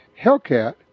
Hellcat